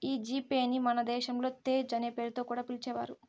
ఈ G Pay ని మన దేశంలో తేజ్ అనే పేరుతో కూడా పిలిచేవారు